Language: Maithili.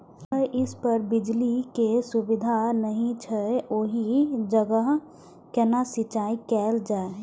छै इस पर बिजली के सुविधा नहिं छै ओहि जगह केना सिंचाई कायल जाय?